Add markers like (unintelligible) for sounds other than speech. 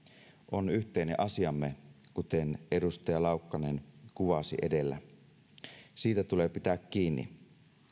on yhteinen asiamme kuten edustaja laukkanen kuvasi edellä (unintelligible) siitä tulee pitää kiinni